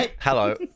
Hello